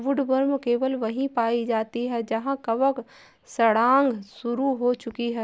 woodworm केवल वहीं पाई जाती है जहां कवक सड़ांध शुरू हो चुकी है